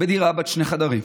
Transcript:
בדירה בת שני חדרים.